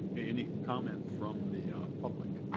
any comment from the public?